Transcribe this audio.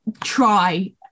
try